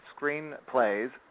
screenplays